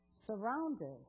surrounded